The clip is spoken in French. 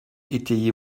étayer